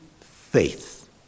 faith